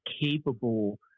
capable